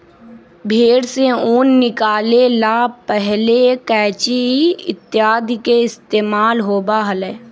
भेंड़ से ऊन निकाले ला पहले कैंची इत्यादि के इस्तेमाल होबा हलय